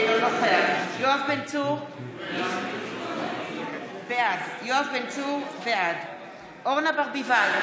אינו נוכח יואב בן צור, בעד אורנה ברביבאי,